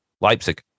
Leipzig